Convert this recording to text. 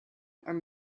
and